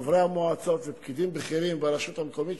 חברי המועצות ופקידים בכירים ברשות המקומית,